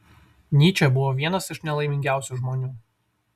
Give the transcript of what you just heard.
nyčė buvo vienas iš nelaimingiausių žmonių